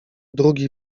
drugi